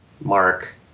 Mark